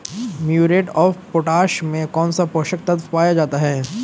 Muriate of potash में कौन सा पोषक तत्व पाया जाता है?